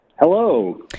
Hello